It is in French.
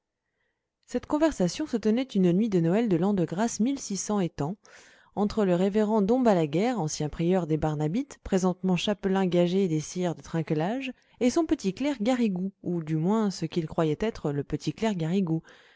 cette conversation se tenait une nuit de noël de l'an de grâce mil six cent et tant entre le révérend dom balaguère ancien prieur des barnabites présentement chapelain gagé des sires de trinquelage et son petit clerc garrigou ou du moins ce qu'il croyait être le petit clerc garrigou